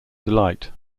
delight